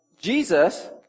Jesus